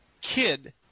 Kid